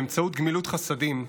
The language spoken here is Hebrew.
באמצעות גמילות חסדים,